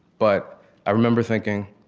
but i remember thinking,